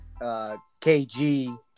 KG